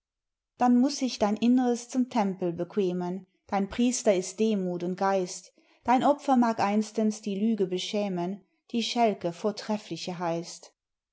dann muß sich dein innres zum tempel bequemen dein priester ist demuth und geist dein opfer mag einstens die lüge beschämen die schälke vortreffliche heißt